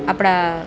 આપણા